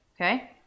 okay